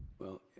well.